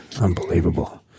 unbelievable